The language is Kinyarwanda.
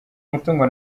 umutungo